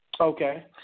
Okay